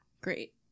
Great